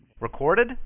Recorded